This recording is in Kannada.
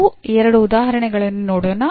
ನಾವು ಎರಡು ಉದಾಹರಣೆಗಳನ್ನು ನೋಡೋಣ